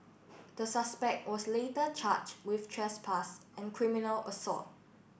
the suspect was later charged with trespass and criminal assault